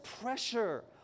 pressure